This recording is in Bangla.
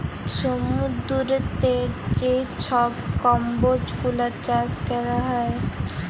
সমুদ্দুরেতে যে ছব কম্বজ গুলা চাষ ক্যরা হ্যয়